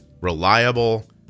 reliable